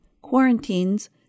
quarantines